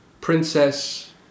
princess